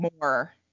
more